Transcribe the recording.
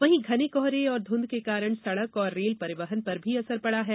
वहीं घने कोहरे और धुंध के कारण सड़क और रेल परिवहन पर भी असर पड़ा है